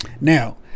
Now